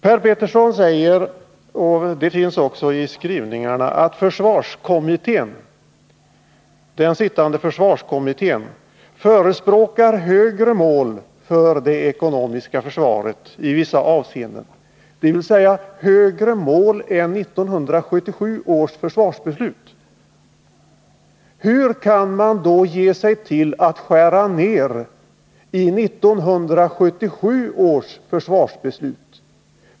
Per Petersson säger — det återfinns också i utskottets skrivningar — att den sittande försvarskommittén förespråkar högre mål för det ekonomiska försvaret i vissa avseenden, dvs. högre mål än de som fastlades i 1977 års försvarsbeslut. Hur kan man då ge sig till att göra nedskärningar i 1977 års försvarsbeslut?